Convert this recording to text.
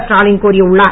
ஸ்டாலின் கோரியுள்ளார்